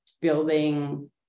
building